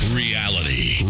reality